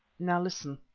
now listen.